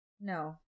No